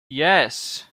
yes